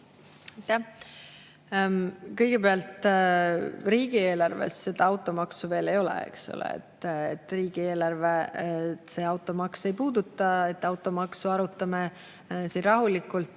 Kõigepealt, riigieelarves automaksu veel ei ole, eks ole. Riigieelarvet automaks ei puuduta. Automaksu arutame siin rahulikult,